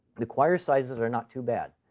the quire sizes are not too bad.